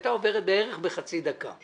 הייתה עוברת בערך בחצי דקה.